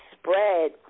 spread